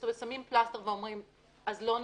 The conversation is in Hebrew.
זאת אומרת שמים פלסתר ואומרים אז לא נראה?